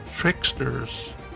Tricksters